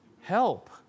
help